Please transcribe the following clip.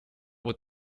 with